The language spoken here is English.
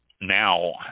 now